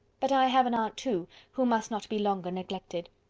but i have an aunt, too, who must not be longer neglected.